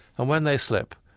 and when they slip,